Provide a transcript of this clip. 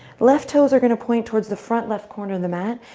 left toes are going to point towards the front left corner of the mat.